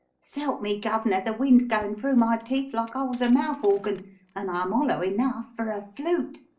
s'help me, gov'nor, the wind's goin' through my teeth like i was a mouth organ and i'm hollow enough for a flute!